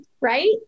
right